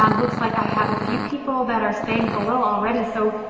um looks like i have a few people that are saying hello already so,